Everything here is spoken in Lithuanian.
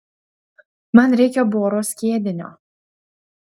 man reikia boro skiedinio